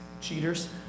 Cheaters